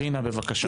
רינה, בבקשה.